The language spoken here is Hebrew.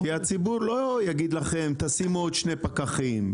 הציבור לא יגיד לכם לשים עוד שני פקחים.